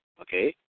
okay